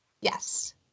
Yes